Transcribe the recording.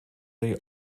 they